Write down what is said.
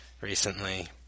recently